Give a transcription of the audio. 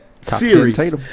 series